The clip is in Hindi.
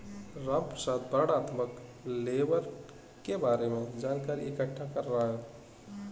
रामप्रसाद वर्णनात्मक लेबल के बारे में जानकारी इकट्ठा कर रहा है